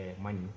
money